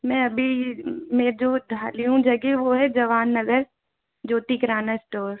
मैं अभी मैं जो जगह खड़ी हूँ वो है जवान नगर ज्योति किराना स्टोर